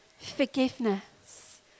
forgiveness